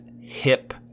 hip